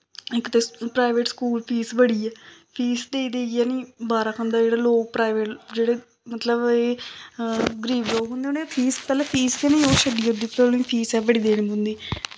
इक ते private school fees बड़ी ऐ फीस देई देइयै नी बारा खंदा जेह्ड़े लोग प्राइवेट जेह्ड़े मतलब एह् गरीब लोग होंदे उ'नें फीस पैह्लें फीस गै निं ओह् छड्डी ओड़दी फिर उ'नेंगी फीस गै बड़ी देनी पौंदी